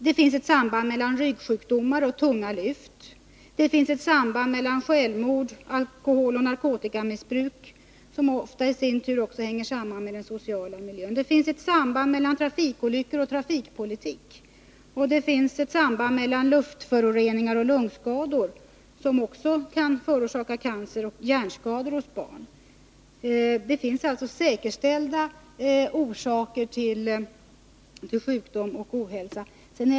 Det finns ett samband mellan ryggsjukdomar och tunga lyft, det finns ett samband mellan självmord och alkoholoch narkotikamissbruk, som i sin tur ofta hänger samman med den sociala miljön. Det finns ett samband mellan trafikolyckor och trafikpolitik. Det finns ett samband mellan luftföroreningar och lungskador, och luftföroreningar kan också förorsaka cancer och hjärnskador hos barn. Det finns alltså säkerställda orsaker till sjukdom och ohälsa.